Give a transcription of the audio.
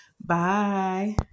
Bye